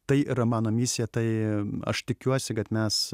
tai yra mano misija tai aš tikiuosi kad mes